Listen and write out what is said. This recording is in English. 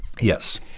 Yes